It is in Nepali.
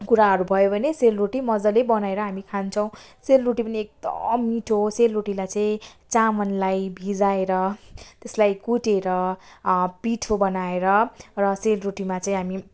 कुराहरू भयो भने सेलरोटी मजाले बनाएर हामी खान्छौँ सेलरोटी पनि एकदम मिठो सेलरोटीलाई चाहिँ चामललाई भिजाएर त्यसलाई कुटेर पिठो बनाएर र सेलरोटीमा चाहिँ हामी